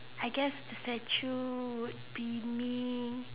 I guess if that's true would be me